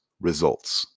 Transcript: Results